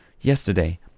Yesterday